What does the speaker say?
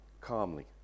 calmly